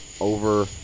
over